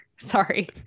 Sorry